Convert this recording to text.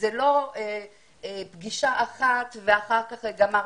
זאת לא פגישה אחת ואחר כך גמרנו.